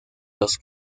los